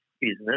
business